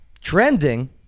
Trending